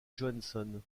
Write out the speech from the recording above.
johansson